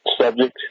subject